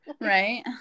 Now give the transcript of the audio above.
Right